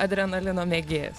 adrenalino mėgėjas